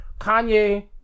Kanye